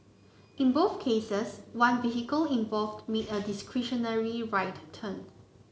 in both cases one vehicle involved made a discretionary right turn